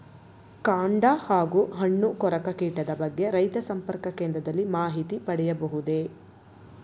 ಕಾಂಡ ಹಾಗೂ ಹಣ್ಣು ಕೊರಕ ಕೀಟದ ಬಗ್ಗೆ ರೈತ ಸಂಪರ್ಕ ಕೇಂದ್ರದಲ್ಲಿ ಮಾಹಿತಿ ಪಡೆಯಬಹುದೇ?